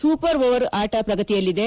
super over ಆಟ ಪ್ರಗತಿಯಲ್ಲಿದೆ